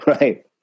Right